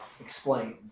Explain